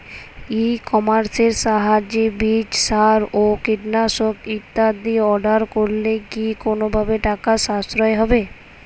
ই কমার্সের সাহায্যে বীজ সার ও কীটনাশক ইত্যাদি অর্ডার করলে কি কোনোভাবে টাকার সাশ্রয় হবে?